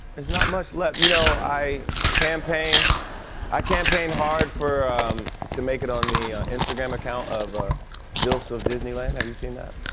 there's not much left. you know, i campaign i campaigned hard for to make it on the instagram account of ah dilfs of disneyland. have you seen that?